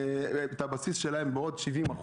שלהם בעוד 70%,